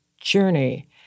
journey